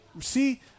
See